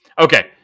Okay